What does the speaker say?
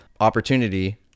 opportunity